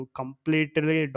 completely